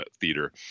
Theater